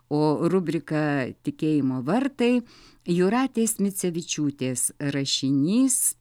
o rubrika tikėjimo vartai jūratės micevičiūtės rašinys